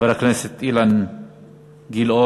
חבר הכנסת אילן גילאון,